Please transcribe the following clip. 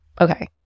Okay